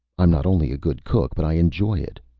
i'm not only a good cook, but i enjoy it,